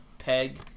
peg